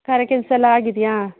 ಗಾರೆ ಕೆಲಸ ಎಲ್ಲ ಆಗಿದೆಯಾ